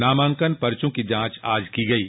नामांकन पर्चो की जांच आज की गयी